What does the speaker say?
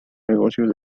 negocio